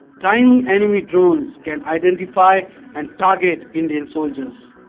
tiny enemy drones can identify and target indian soldiers.